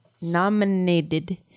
nominated